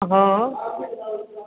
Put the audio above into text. हँ